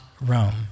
Rome